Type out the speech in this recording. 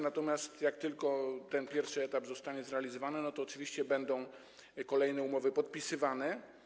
Natomiast jak tylko ten pierwszy etap zostanie zrealizowany, to oczywiście będą kolejne umowy podpisywane.